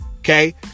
okay